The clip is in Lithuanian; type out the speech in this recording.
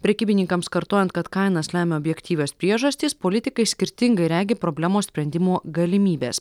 prekybininkams kartojant kad kainas lemia objektyvios priežastys politikai skirtingai regi problemos sprendimo galimybes